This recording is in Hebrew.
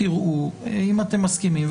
תראו אם אתם מסכימים,